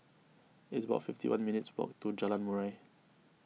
it's about fifty one minutes' walk to Jalan Murai